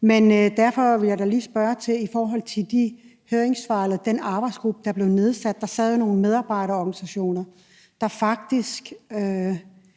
men jeg vil alligevel lige spørge til den arbejdsgruppe, der blev nedsat, hvor der sad nogle medarbejderorganisationer, der faktisk